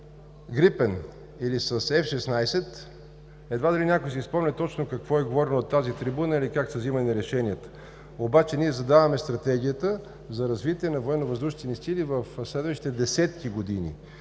„Грипен“ или с „Ф-16“ едва ли някой ще си спомня точно какво е говорено от тази трибуна или как са взимани решенията. Обаче ние задаваме стратегията за развитие на военновъздушните ни сили в следващите десетки години.